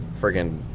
friggin